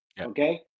okay